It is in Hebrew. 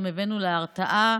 גם הבאנו להרתעה.